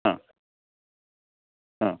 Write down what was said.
ആ ആ